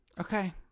Okay